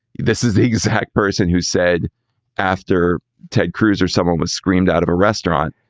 this is the exact person who said after ted cruz or someone was screamed out of a restaurant,